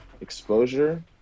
exposure